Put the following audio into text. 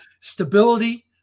stability